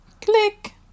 click